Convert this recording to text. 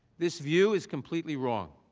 this view is completely wrong.